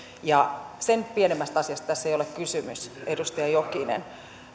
ja sen pienemmästä asiasta tässä ei ole kysymys edustaja jokinen